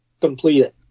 completed